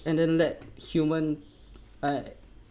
and then that human ey~